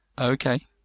okay